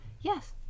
Yes